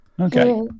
Okay